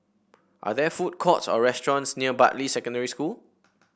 are there food courts or restaurants near Bartley Secondary School